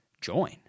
join